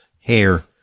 hair